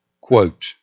quote